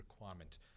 requirement